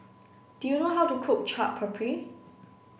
do you know how to cook Chaat Papri